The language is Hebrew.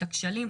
את הכשלים,